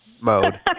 mode